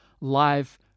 Live